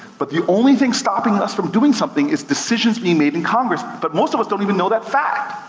but the only thing stopping us from doing something is decisions being made in congress. but most of us don't even know that fact.